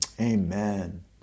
Amen